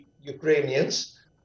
Ukrainians